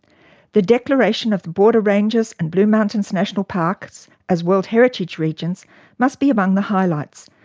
the declaration of the border ranges and blue mountains national parks as world heritage regions must be among the highlights,